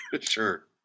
Sure